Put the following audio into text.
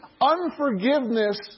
Unforgiveness